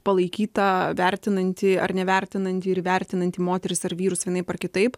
palaikyta vertinanti ar nevertinanti ir vertinanti moteris ar vyrus vienaip ar kitaip